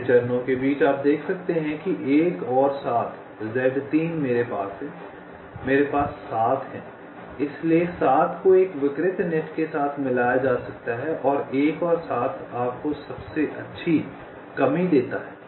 अगले चरणों के बीच आप देख सकते हैं कि 1 और 7 Z 3 मेरे पास 7 है इसलिए 7 को एक विकृत नेट के साथ मिलाया जा सकता है और 1 और 7 आपको सबसे अच्छी कमी देता है